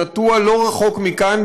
שנטוע לא רחוק מכאן,